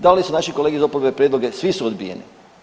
Dali su naše kolege iz oporbe prijedloge svi su odbijeni.